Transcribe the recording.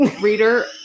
reader